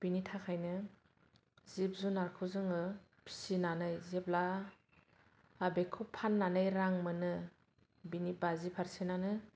बिनि थाखायनो जिब जुनारखौ जोङो फिसिनानै जेब्ला बा बेखौ फाननानै रां मोनो बिनि बाजि पारसेन्टआनो